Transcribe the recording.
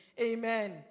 amen